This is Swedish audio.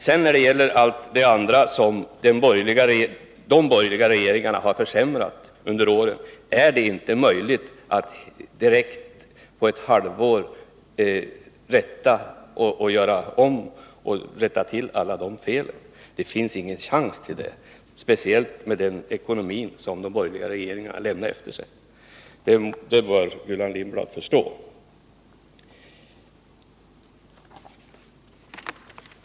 När det sedan gäller allt det andra som de borgerliga regeringarna har försämrat under åren är det inte möjligt att på ett halvår rätta till alla misstag. Det finns ingen chans att göra det, speciellt med tanke på den ekonomi som de borgerliga regeringarna har lämnat efter sig. Det bör Gullan Lindblad förstå.